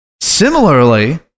Similarly